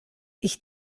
ich